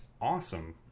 awesome